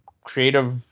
creative